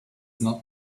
not